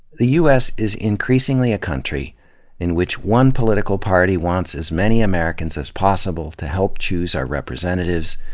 the u s. is increasingly a country in which one political party wants as many americans as possible to help choose our representatives,